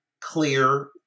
clear